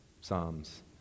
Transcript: Psalms